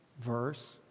verse